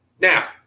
Now